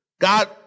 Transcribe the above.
God